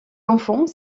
enfants